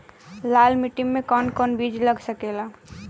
लाल मिट्टी में कौन कौन बीज लग सकेला?